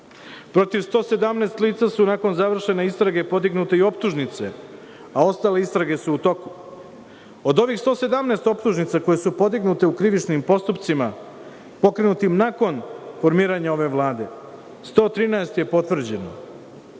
Protiv 117 lica su nakon završene istrage podignute i optužnice, a ostale istrage su u toku. Od ovih 117 optužnica koje su podignute u krivičnim postupcima pokrenutim nakon 1. avgusta prošle godine, odnosno